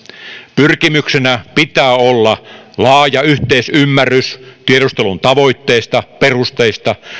pyrkimyksenä pitää olla laaja yhteisymmärrys tiedustelun tavoitteista perusteista